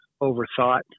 overthought